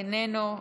איננו,